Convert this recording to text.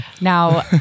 Now